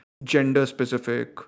Gender-specific